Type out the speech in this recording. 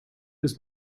ist